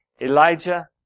Elijah